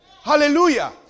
Hallelujah